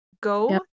go